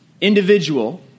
individual